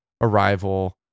arrival